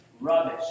rubbish